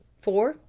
for,